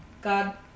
God